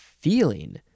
feeling